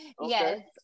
Yes